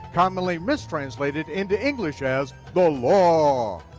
commonly mistranslated into english as the law.